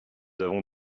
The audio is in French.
avons